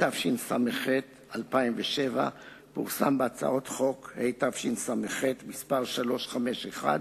התשס"ח 2007, פורסם בהצעות חוק התשס"ח, מס' 351,